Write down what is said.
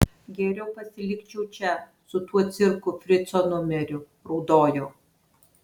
geriau pasilikčiau čia su tuo cirku frico numeriu raudojo